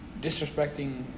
disrespecting